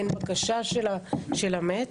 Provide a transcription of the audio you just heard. אין בקשה של המת.